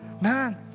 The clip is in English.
Man